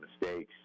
mistakes